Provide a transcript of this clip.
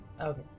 okay